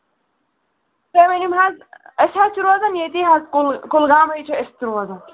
تُہۍ ؤنِو مےٚ حظ أسۍ حظ چھِ روزان ییٚتی حظ کُل کُلگامَے چھِ أسۍ تہِ روزان